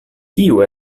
kiu